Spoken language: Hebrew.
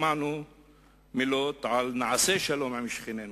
שמענו מלים כמו "נעשה שלום עם שכנינו",